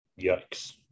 Yikes